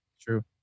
True